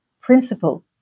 principle